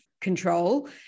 control